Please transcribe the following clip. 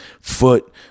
foot